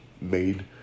made